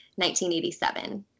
1987